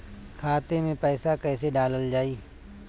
खाते मे पैसा कैसे डालल जाई?